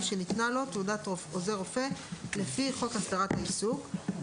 מי שניתנה לו תעודת עוזר רופא לפי חוק הסדרת העיסוק,